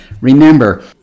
remember